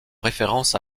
référence